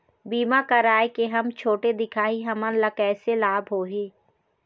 बीमा कराए के हम छोटे दिखाही हमन ला कैसे लाभ होही?